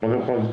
קודם כול,